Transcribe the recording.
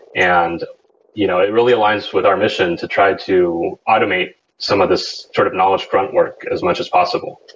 and you know it really aligns with our mission to try to automate some of these sort of knowledge front work as much as possible.